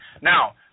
Now